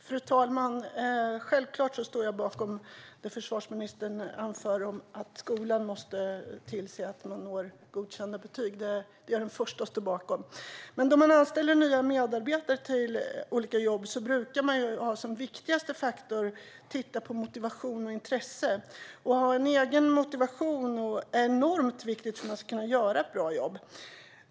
Fru talman! Jag står självfallet bakom det som försvarsministern anför om att skolan måste se till att man når godkända betyg; det är jag den första att stå bakom. När man anställer nya medarbetare till olika jobb brukar man dock ha som viktigaste faktor att titta på motivation och intresse. Att ha en egen motivation är enormt viktigt för att kunna göra ett bra jobb.